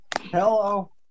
Hello